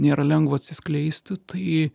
nėra lengva atsiskleisti tai